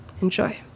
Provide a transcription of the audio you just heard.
Enjoy